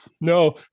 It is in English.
No